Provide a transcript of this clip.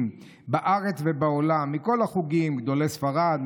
תיקון חוק-יסוד בהוראת שעה,